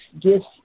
gifts